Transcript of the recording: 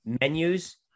menus